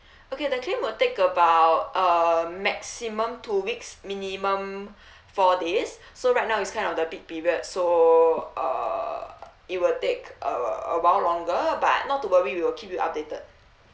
okay the claim will take about a maximum two weeks minimum four days so right now is kind of the peak period so uh it will take a awhile longer but not to worry we will keep you updated